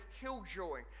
killjoy